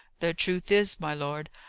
the truth is, my lord,